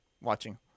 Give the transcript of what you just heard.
watching